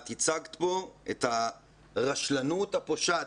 את ייצגת פה את הרשלנות הפושעת,